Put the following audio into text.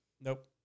Nope